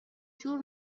جور